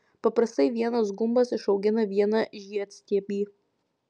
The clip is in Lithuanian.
paprastai vienas gumbas išaugina vieną žiedstiebį